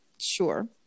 Sure